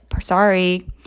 Sorry